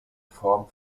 form